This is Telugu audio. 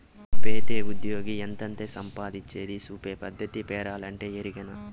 పెతీ ఉజ్జ్యోగి ఎంతెంత సంపాయించేది సూపే పద్దతే పేరోలంటే, ఎరికనా